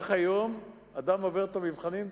היום אדם עובר את המבחנים,